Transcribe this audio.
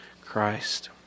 Christ